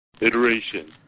Iteration